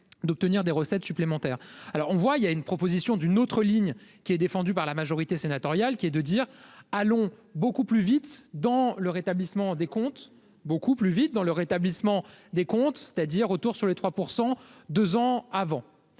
d'obtenir des recettes supplémentaires, alors on voit il y a une proposition d'une autre ligne qui est défendu par la majorité sénatoriale qui est de dire : allons beaucoup plus vite dans le rétablissement des comptes, beaucoup plus vite dans le rétablissement des comptes, c'est-à-dire autour, sur les 3 pour 100 2 ans